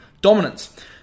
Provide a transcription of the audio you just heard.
dominance